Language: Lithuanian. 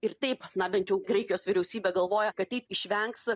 ir taip na bent jau graikijos vyriausybė galvoja kad taip išvengs